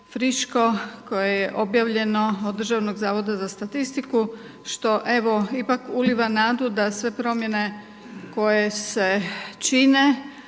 koje je objavljeno od Državnog zavoda za statistiku, što evo ipak uliva nadu da sve promjene koje se čine,